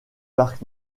parc